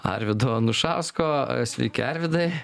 arvydo anušausko sveiki arvydai